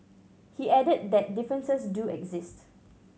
he added that differences do exist